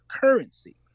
currency